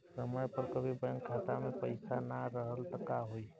समय पर कभी बैंक खाता मे पईसा ना रहल त का होई?